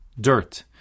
dirt